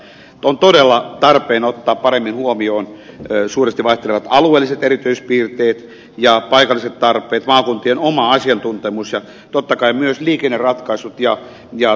on todella tarpeen ottaa paremmin huomioon suuresti vaihtelevat alueelliset erityispiirteet ja paikalliset tarpeet maakuntien oma asiantuntemus ja totta kai myös liikenneratkaisut ja työssäkäyntialueet